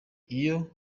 iyo